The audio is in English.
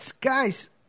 guys